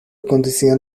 conducían